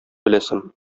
беләсем